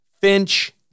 Finch